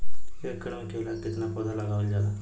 एक एकड़ में केला के कितना पौधा लगावल जाला?